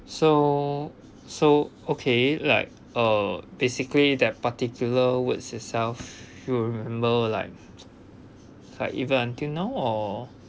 so so okay like uh basically that particular words itself you will remember like like even until now or